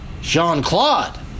Jean-Claude